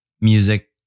music